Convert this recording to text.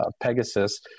Pegasus